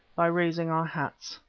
by raising our hats.